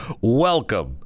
welcome